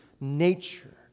nature